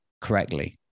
correctly